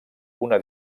una